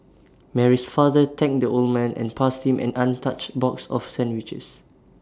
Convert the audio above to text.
Mary's father thanked the old man and passed him an untouched box of sandwiches